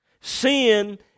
Sin